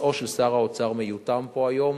שכיסאו של שר האוצר מיותם פה היום.